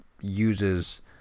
uses